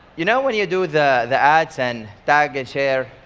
you know when you do the the ads and tag and share,